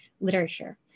literature